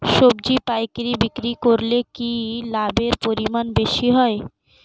সবজি পাইকারি বিক্রি করলে কি লাভের পরিমাণ বেশি হয়?